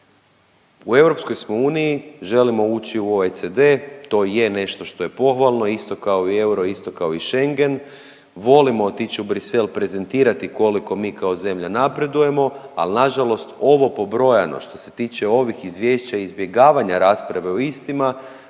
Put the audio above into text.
Uniji, želimo ući u OECD. To je nešto što je pohvalno isto kao i euro, isto kao i Schengen. Volimo otići u Bruxelles prezentirati koliko mi kao zemlja napredujemo, ali na žalost ovo pobrojano što se tiče ovih izvješća i izbjegavanja rasprave o istima